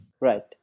Right